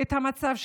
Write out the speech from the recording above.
את מצב העוני.